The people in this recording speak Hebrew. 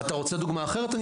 אתה רוצה דוגמה אחרת?